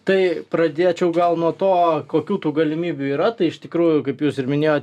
tai pradėčiau gal nuo to kokių galimybių tų yra tai iš tikrųjų kaip jūs ir minėjo